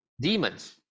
Demons